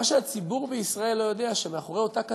מה שהציבור בישראל לא יודע זה שמאחורי אותה כתבה,